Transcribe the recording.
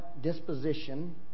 disposition